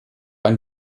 ein